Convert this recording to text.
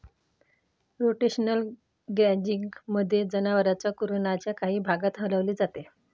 rotational ग्राझिंगमध्ये, जनावरांना कुरणाच्या काही भागात हलवले जाते